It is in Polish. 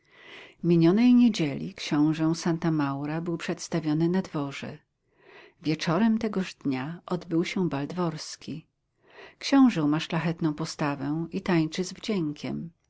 minionej niedzieli książę santa maura był przedstawiony na dworze wieczorem tegoż dnia odbył się bal dworski książę ma szlachetną postawę i tańczy z wdziękiem